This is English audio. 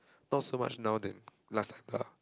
no so much now than last time lah